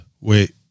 Wait